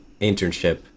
internship